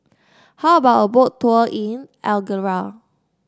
how about a Boat Tour in Algeria